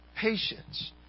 Patience